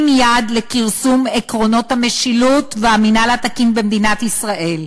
יד לכרסום עקרונות המשילות והמינהל התקין במדינת ישראל,